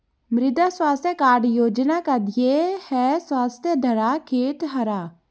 मृदा स्वास्थ्य कार्ड योजना का ध्येय है स्वस्थ धरा, खेत हरा